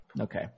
Okay